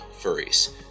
furries